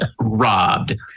robbed